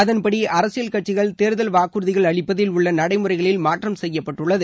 அதன்படி அரசியல் கட்சிகள் தேர்தல் வாக்குறுதிகள் அளிப்பதில் உள்ள நடைமுறைகளில் மாற்றம் செய்யப்பட்டுள்ளது